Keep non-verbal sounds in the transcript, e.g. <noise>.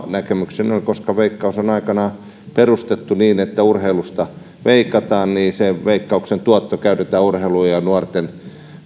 <unintelligible> näkemykseni on että koska veikkaus on aikanaan perustettu niin että urheilusta veikataan niin veikkauksen tuotto käytetään urheiluun ja nuorten